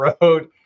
road